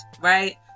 right